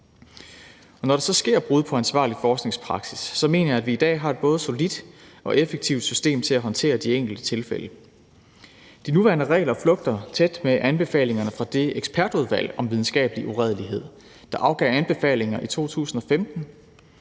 Når der sker brud på ansvarlig forskningspraksis, mener jeg, at vi i dag har et både solidt og effektivt system til at håndtere de enkelte tilfælde. De nuværende regler flugter tæt med anbefalingerne fra det ekspertudvalg om videnskabelig uredelighed, der i 2015